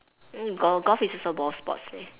mm golf golf is also ball sports eh